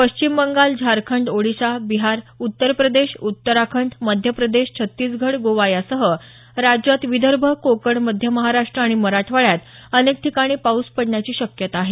पश्चिम बंगाल झारखंड ओडीशा बिहार उत्तर प्रदेश उत्तराखंड मध्य प्रदेश छत्तीसगढ गोवा यासह राज्यात विदर्भ कोकण मध्य महाराष्ट्र आणि मराठवाड्यात अनेक ठिकाणी पाऊस पडण्याची शक्यता आहे